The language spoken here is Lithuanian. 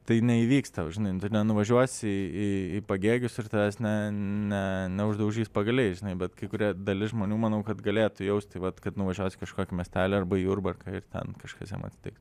tai neįvyksta žinai tu nenuvažiuosi į pagėgius ir tenais ne ne neuždaužys pagaliais žinai bet kai kurie dalis žmonių manau kad galėtų jausti vat kad nuvažiuos į kažkokį miestelį arba jurbarką ir ten kažkas jam atsitiks